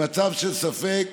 במצב של ספק